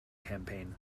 campaign